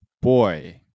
Boy